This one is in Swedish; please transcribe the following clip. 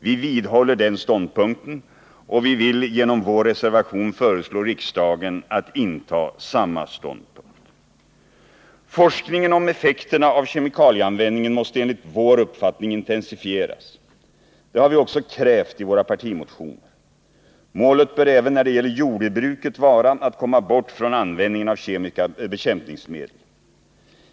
Vi vidhåller den ståndpunkten och vill genom vår reservation föreslå riksdagen att inta samma ståndpunkt. Forskningen om effekterna av kemikalieanvändningen måste enligt vår uppfattning intensifieras. Det har vi också krävt i våra partimotioner. Målet bör även när det gäller jordbruket vara att komma bort från användningen av kemiska bekämpningsmedel.